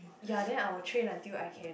ya then I will train until I can